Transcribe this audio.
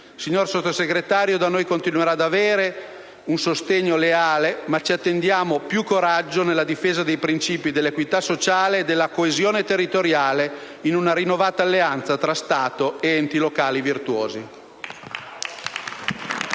Signor Sottosegretario, da noi continuerà ad avere un sostegno leale. Ci attendiamo, però, maggiore coraggio nella difesa dei principi dell'equità sociale e della coesione territoriale, in una rinnovata alleanza tra Stato ed enti locali virtuosi.